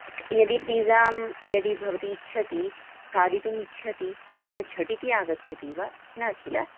यदि पिज़ां यदि भवती इच्छति खादितुम् इच्छति अपि झटिति आगच्छति वा न खलु किल